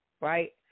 Right